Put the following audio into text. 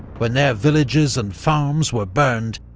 when their villages and farms were burned,